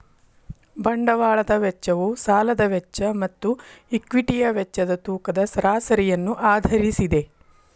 ಬಂಡವಾಳದ ವೆಚ್ಚವು ಸಾಲದ ವೆಚ್ಚ ಮತ್ತು ಈಕ್ವಿಟಿಯ ವೆಚ್ಚದ ತೂಕದ ಸರಾಸರಿಯನ್ನು ಆಧರಿಸಿದೆ